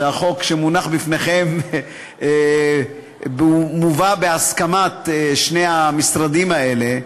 החוק שמונח בפניכם מובא בהסכמת שני המשרדים האלה.